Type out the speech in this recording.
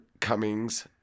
Cummings